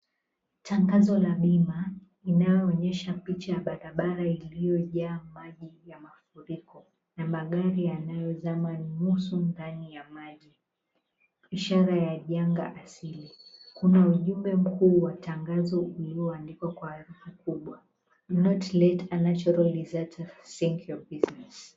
Tangazo la bima, linaloonyesha picha ya barabara iliyojaa maji ya mafuriko na magari yanayozama nusu ndani ya maji, ishara ya janga asili. Kuna ujumbe mkuu wa tangazo, ulioandikwa kwa herufi kubwa: DO NOT LET A NATURAL DESERT SINK YOUR BUSINESS .